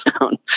down